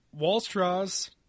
Wallstraws